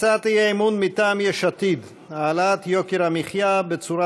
הצעת אי-אמון מטעם יש עתיד: העלאת יוקר המחיה בצורה